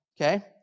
Okay